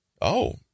Oh